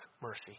mercy